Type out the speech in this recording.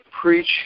Preach